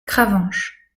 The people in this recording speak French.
cravanche